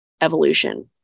evolution